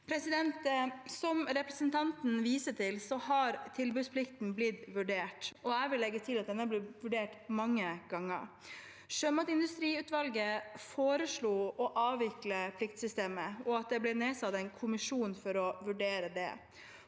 fangsten. Som representanten viser til, har tilbudsplikten blitt vurdert, og jeg vil legge til at den har blitt vurdert mange ganger. Sjømatindustriutvalget foreslo å avvikle pliktsystemet, og at det ble nedsatt en kommisjon for å vurdere det.